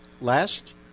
last